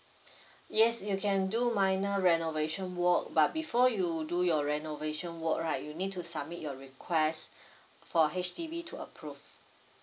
yes you can do minor renovation work but before you do your renovation work right you need to submit your request for H_D_B to approve